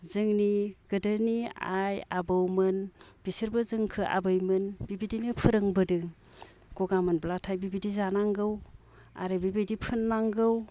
जोंनि गोदोनि आइ आबौमोन बिसोरबो जोंखो आबैमोन बिबायदिनो फोरोंबोदो गगा मोनब्लाथाय बिबायदि जानांगौ आरो बेबायदि फोननांगौ